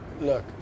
Look